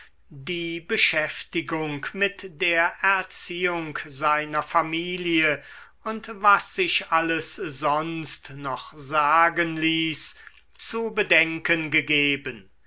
die beschäftigung mit der erziehung seiner familie und was sich alles sonst noch sagen ließ zu bedenken gegeben